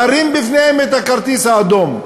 להרים בפניהם את הכרטיס האדום.